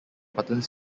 buttons